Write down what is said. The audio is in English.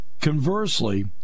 Conversely